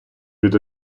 від